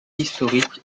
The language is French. historiques